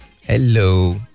Hello